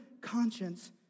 conscience